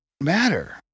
matter